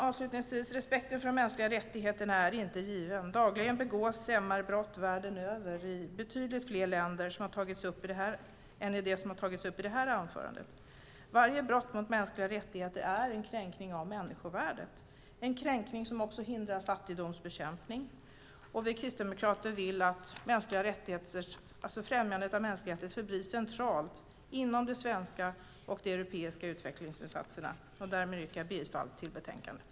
Avslutningsvis: Respekten för de mänskliga rättigheterna är inte given. Dagligen begås MR-brott världen över i betydligt fler länder än som har tagits upp i detta anförande. Varje brott mot mänskliga rättigheter är en kränkning av människovärdet, en kränkning som också hindrar fattigdomsbekämpning. Vi kristdemokrater vill att främjande av mänskliga rättigheter förblir centralt inom svenska och europeiska utvecklingsinsatser. Jag yrkar bifall till förslaget i betänkandet.